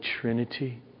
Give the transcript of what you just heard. Trinity